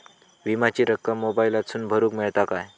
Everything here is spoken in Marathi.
विमाची रक्कम मोबाईलातसून भरुक मेळता काय?